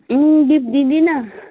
अँ गिफ्ट दिँदिनँ